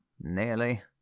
Nearly